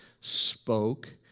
spoke